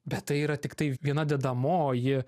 bet tai yra tiktai viena dedamoji